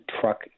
truck